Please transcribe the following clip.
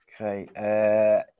Okay